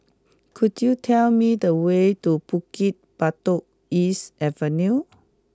could you tell me the way to Bukit Batok East Avenue